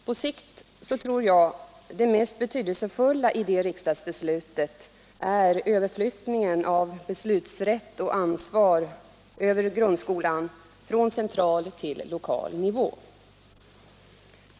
På sikt tror jag att det mest betydelsefulla i det riksdagsbeslutet är överflyttningen av beslutsrätt över och ansvar för grundskolan från central till lokal nivå.